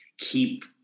keep